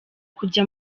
kujya